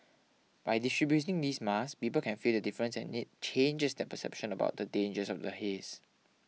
by distributing these masks people can feel the difference and it changes their perception about the dangers of the haze